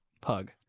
pug